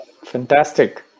Fantastic